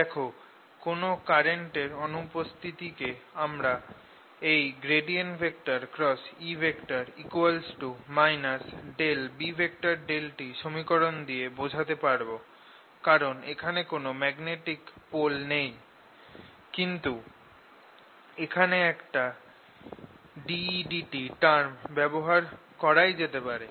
দেখ কোন কারেন্ট এর অনুপস্থিতিকে আমরা এই E B∂t সমীকরণ দিয়ে বোঝাতে পারব কারণ এখানে কোন ম্যাগনেটিক পোল নেই কিন্তু এখানে একটা dEdt টার্ম ব্যবহার করাই যেতে পারে